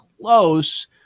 close